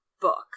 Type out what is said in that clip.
book